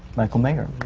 michael mayer.